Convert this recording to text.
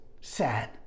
sad